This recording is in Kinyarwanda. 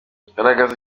garagaza